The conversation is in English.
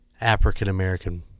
African-American